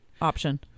option